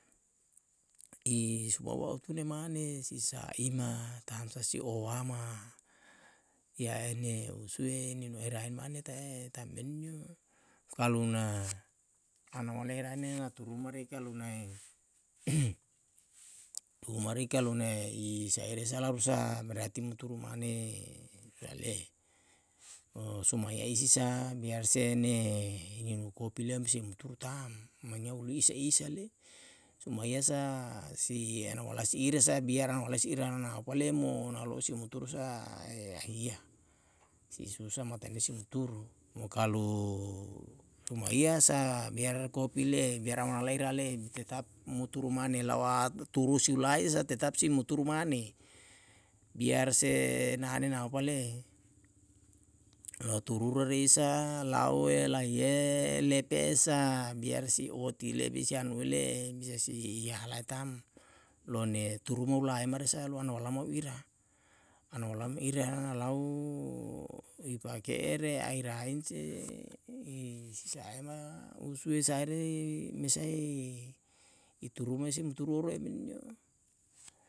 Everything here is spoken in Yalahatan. I subawa otune mane si sa'ima tansa si oama iae ne usue nino herae mane tae tam menio, kalu na anao ole rane na turu mare kalu nae humari kalu nae i sae resa la rusa berarti muturu mane sale. mo suma ya isi sa biar se ne him kopi le'e musi muturu ta'm menyau lu isa isa le sumahia sa si anau walau si ire sa biar na walae si ira no na pale mo naloesi muturu sa e ahia. si susa matane si mturu mo kalu ruma hia sa biar kopi le'e biar ama laira le'e tetap muturu mane lawa turusi ulai sa tetap si muturu mane biar se nahane na opa le'e, lou turu re isa lauwe laiye lepesa biar si oti le bisa i anue le'e bisa si iahalae tam lone turu ma olae mare sa lo ana olamao ira, ano olama ira lau i pake ere airain se i si sa'ae ma usue sae ri mesai i turu mae se muturu oroe menio